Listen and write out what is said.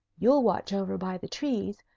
you'll watch over by the trees,